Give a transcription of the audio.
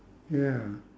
ya